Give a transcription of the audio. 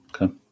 Okay